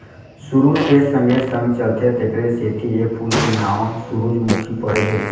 सुरूज के संगे संग चलथे तेकरे सेती ए फूल के नांव सुरूजमुखी परे हे